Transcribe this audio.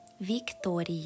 Victoria